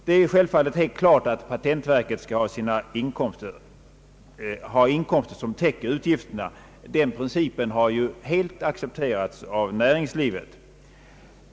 Det är självklart att patentverket skall ha inkomster som täcker utgifterna — den principen har helt accepterats av näringslivet.